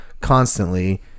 constantly –